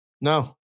No